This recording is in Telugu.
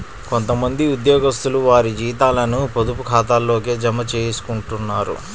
కొంత మంది ఉద్యోగస్తులు వారి జీతాలను పొదుపు ఖాతాల్లోకే జమ చేయించుకుంటారు